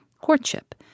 courtship